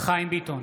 חיים ביטון,